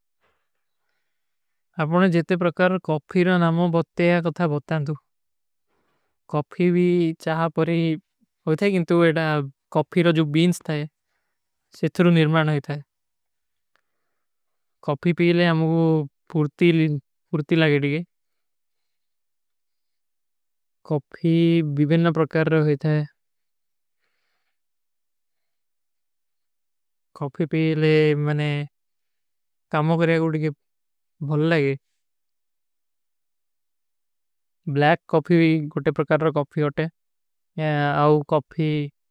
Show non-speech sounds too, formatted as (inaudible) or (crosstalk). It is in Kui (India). ଆପନେ ଜେତେ ପ୍ରକାର କଫୀରୋ ନାମୋ ବତ୍ତେ ଯା କଥା ବତ୍ତା ନଦୁ। କଫୀ ଭୀ ଚାହା ପରୀ ହୋ ଥାଈ କିନ୍ଟୁ ଏଡା କଫୀରୋ ଜୋ ବୀନ୍ସ ଥାଈ, ସେ ଥୁରୂ ନିର୍ମାନ ହୋ ଥାଈ। (hesitation) କଫୀ ପୀଲେ ଆମଗୋ ପୂର୍ତୀ ଲାଗେଡେଗେ। କଫୀ ବିବେନ ପ୍ରକାର ହୋ ଥାଈ। (hesitation) କଫୀ ପୀଲେ ମନେ କାମୋ କରିଯାଗୋ ଡିକେ ଭୁଲ ଲାଗେ। ବ୍ଲୈକ କଫୀ ଭୀ ଗୋଟେ ପ୍ରକାର କଫୀ ହୋ ଥାଈ।